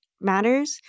matters